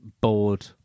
bored